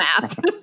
map